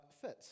fits